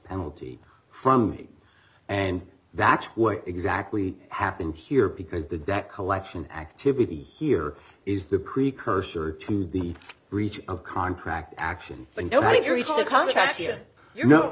penalty from me and that's what exactly happened here because the debt collection activities here is the precursor to the breach of contract action and know